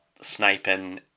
sniping